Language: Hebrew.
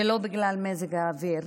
ולא בגלל מזג האוויר,